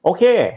Okay